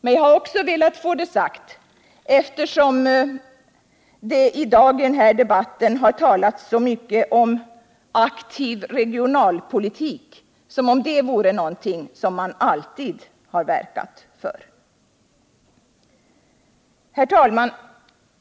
Men jag har också velat få detta sagt, eftersom det i dag i denna debatt har talats så mycket om aktiv regionalpolitik — som om detta vore något man alltid verkat för.